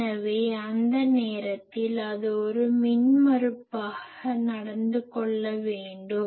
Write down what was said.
எனவே அந்த நேரத்தில் அது ஒரு மின்மறுப்பாக நடந்து கொள்ள வேண்டும்